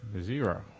zero